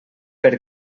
per